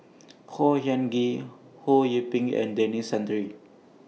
Khor Ean Ghee Ho Yee Ping and Denis Santry